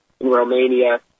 Romania